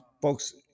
folks